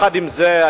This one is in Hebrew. עם זה,